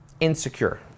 insecure